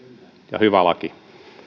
ja hyvä laki